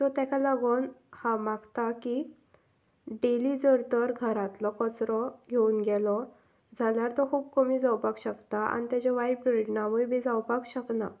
so ताका लागून हांव मागतां की डेली जर तर घरांतलो कचरो घेवन गेलो जाल्यार तो खूब कमी जावपाक शकता आनी ताचे वायट परिणामूय बी जावपाक शकना